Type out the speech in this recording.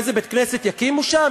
איזה בית-כנסת יקימו שם,